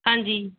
ਹਾਂਜੀ